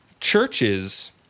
churches